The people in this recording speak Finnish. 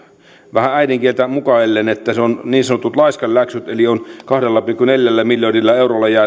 vähän äidinkieltään mukaillen että se on niin sanottu laiskanläksy eli on kahdella pilkku neljällä miljardilla